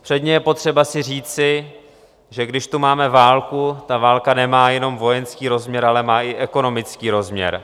Předně je potřeba si říci, že když tu máme válku, tak ta válka nemá jenom vojenský rozměr, ale má i ekonomický rozměr.